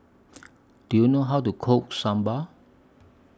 Do YOU know How to Cook Sambar